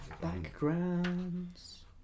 backgrounds